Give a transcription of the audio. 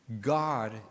God